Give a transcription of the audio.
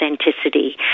authenticity